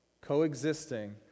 coexisting